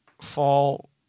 fall